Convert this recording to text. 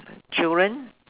children